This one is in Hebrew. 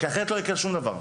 כי אחרת לא יקרה שום דבר.